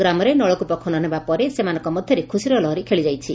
ଗ୍ରାମରେ ନଳକୃପ ଖନନ ହେବା ପରେ ସେମାନଙ୍କ ମଧ୍ଧରେ ଖୁସିର ଲହରୀ ଖେଳିଯାଇଛି